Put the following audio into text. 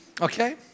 Okay